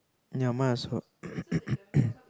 ya might as well